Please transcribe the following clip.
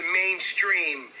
mainstream